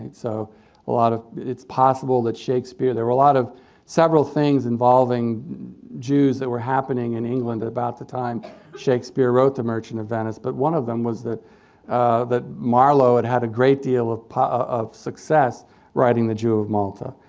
so a lot of it's possible that shakespeare there were a lot of several things involving jews that were happening in england about the time shakespeare wrote the merchant of venice. but one of them was that that marlowe had had a great deal of success writing success writing the jew of malta.